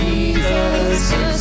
Jesus